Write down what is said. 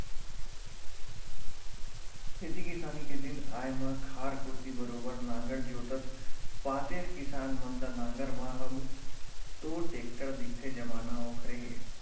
खेती किसानी के दिन आय म खार कोती बरोबर नांगर जोतत पातेस किसान मन ल नांगर म अब तो टेक्टर दिखथे जमाना ओखरे हे